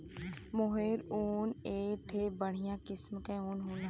मोहेर ऊन एक ठे बढ़िया किस्म के ऊन होला